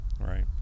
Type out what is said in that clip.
right